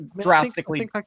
drastically